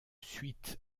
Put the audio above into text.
suite